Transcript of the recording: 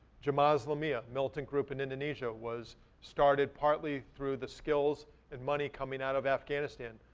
jemaah islamiyah, militant group in indonesia was started partly through the skills and money coming out of afghanistan.